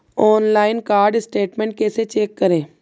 Online card statement कैसे check करें?